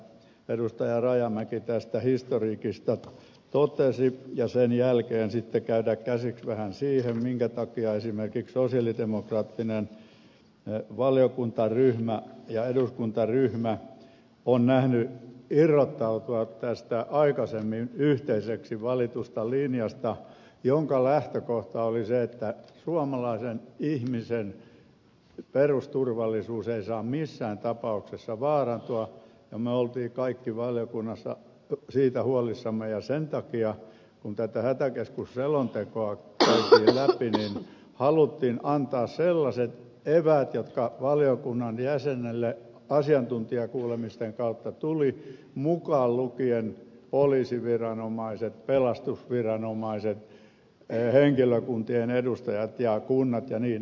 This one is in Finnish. rajamäki tästä historiikista totesi ja sen jälkeen käydä käsiksi vähän siihen minkä takia esimerkiksi sosialidemokraattinen valiokuntaryhmä ja eduskuntaryhmä on nähnyt aiheelliseksi irrottautua tästä aikaisemmin yhteiseksi valitusta linjasta jonka lähtökohta oli se että suomalaisen ihmisen perusturvallisuus ei saa missään tapauksessa vaarantua ja me olimme kaikki valiokunnassa siitä huolissamme ja sen takia kun tätä hätäkeskusselontekoa käytiin läpi niin haluttiin antaa sellaiset eväät jotka valiokunnan jäsenelle asiantuntijakuulemisten kautta tuli mukaan lukien poliisiviranomaiset pelastusviranomaiset henkilökuntien edustajat ja kunnat ja niin edelleen